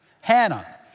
Hannah